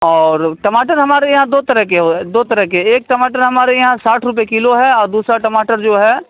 اور ٹماٹر ہمارے یہاں دو طرح کے ہے دو طرح کے ایک ٹماٹر ہمارے یہاں ساٹھ روپے کلو ہے اور دوسرا ٹماٹر جو ہے